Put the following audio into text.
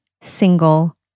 single